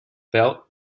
built